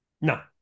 No